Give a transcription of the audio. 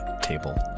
Table